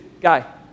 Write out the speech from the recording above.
guy